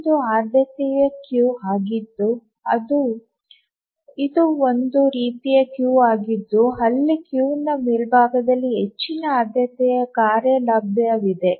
ಒಂದು ಆದ್ಯತೆಯ ಕ್ಯೂ ಆಗಿದ್ದು ಇದು ಒಂದು ರೀತಿಯ ಕ್ಯೂ ಆಗಿದ್ದು ಅಲ್ಲಿ ಕ್ಯೂನ ಮೇಲ್ಭಾಗದಲ್ಲಿ ಹೆಚ್ಚಿನ ಆದ್ಯತೆಯ ಕಾರ್ಯ ಲಭ್ಯವಿದೆ